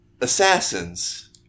assassins